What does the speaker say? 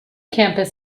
campus